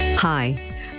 Hi